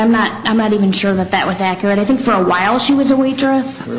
i'm not i'm not even sure that that was accurate i think for a while she was a waitress